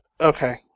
Okay